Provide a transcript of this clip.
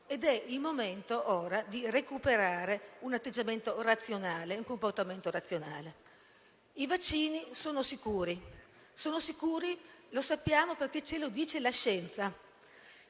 ed è il momento, ora, di recuperare un atteggiamento e un comportamento razionale. I vaccini sono sicuri, e lo sappiamo perché ce lo dice la scienza.